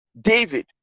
David